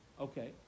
Okay